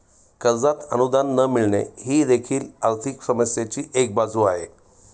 कर्जात अनुदान न मिळणे ही देखील आर्थिक समस्येची एक बाजू आहे